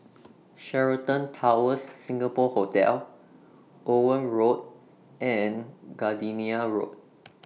Sheraton Towers Singapore Hotel Owen Road and Gardenia Road